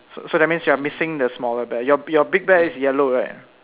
so so that means you're missing the smaller bear your your big bear is yellow right